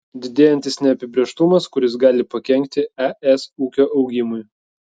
didėjantis neapibrėžtumas kuris gali pakenkti es ūkio augimui